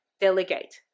delegate